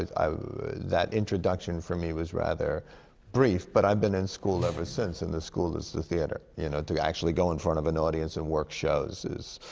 i that introduction, for me, was rather brief. but i'd been in school ever since. and the school is the theatre. you know, to actually go in front of an audience and work shows, is